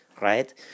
right